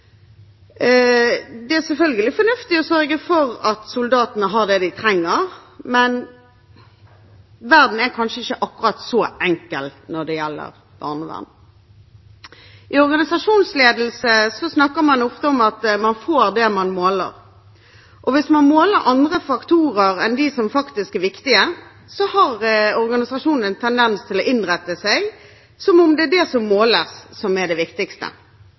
Det er selvfølgelig fornuftig å sørge for at soldatene har det de trenger, men verden er kanskje ikke akkurat så enkel når det gjelder barnevern. I organisasjonsledelse snakker man ofte om at man får det man måler, og hvis man måler andre faktorer enn dem som faktisk er viktige, har organisasjonen en tendens til å innrette seg som om det er det som måles, som er det viktigste.